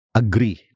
agree